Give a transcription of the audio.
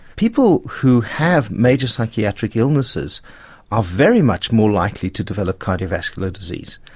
people who have major psychiatric illnesses are very much more likely to develop cardiovascular disease.